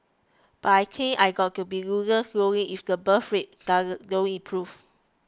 but I think I got to be loosened slowly if the birth rates does no improve